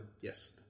Yes